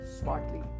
smartly